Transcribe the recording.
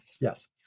yes